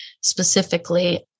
specifically